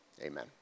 amen